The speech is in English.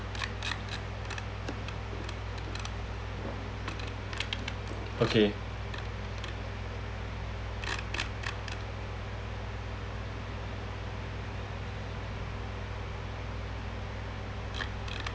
okay